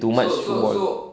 too much football